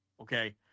okay